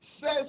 says